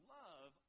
love